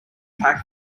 pack